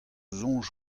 soñj